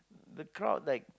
the crowd like